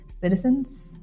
citizens